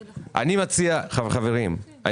חברים,